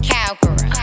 Calgary